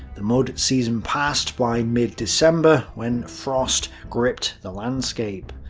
the mud season passed by mid-december, when frost gripped the landscape.